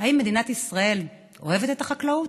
האם מדינת ישראל אוהבת את החקלאות?